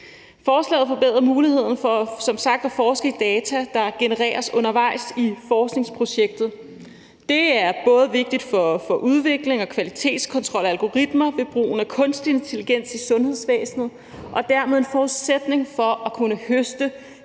Forslaget forbedrer som sagt muligheden for at forske i data, der genereres undervejs i forskningsprojektet. Det er vigtigt både for udviklingen og for kvalitetskontrollen af algoritmer ved brugen af kunstig intelligens i sundhedsvæsenet og dermed en forudsætning for at kunne høste